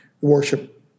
worship